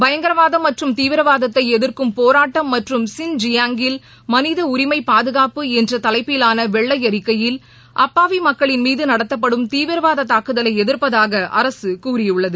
பயங்கரவாதம் மற்றும் தீவிரவாதத்தை எதிங்கும் போராட்டம் மற்றும் சின் ஜியாங்கில் மனித உரிமை பாதுகாப்பு என்ற தலைப்பிலான வெள்ளை அறிக்கையில் அப்பாவி மக்களின் மீது நடத்தப்படும் தீவிரவாத தாக்குதலை எதிர்ப்பதாக அரசு கூறியுள்ளது